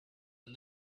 and